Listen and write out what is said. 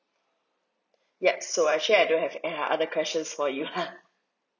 yup so actually I don't have uh other questions for you